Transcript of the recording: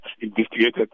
investigated